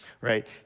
right